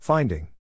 Finding